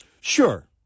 Sure